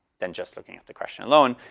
than just looking at the question alone.